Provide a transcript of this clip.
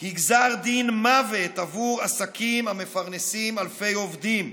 היא גזר דין מוות עבור עסקים המפרנסים אלפי עובדים.